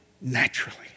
naturally